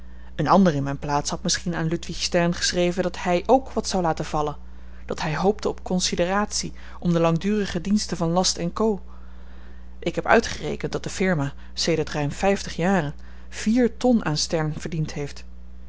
een ander in myn plaats had misschien aan ludwig stern geschreven dat hy ook wat zou laten vallen dat hy hoopte op konsideratie om de langdurige diensten van last co ik heb uitgerekend dat de firma sedert ruim vyftig jaren vier ton aan stern verdiend heeft